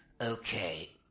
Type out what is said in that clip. Okay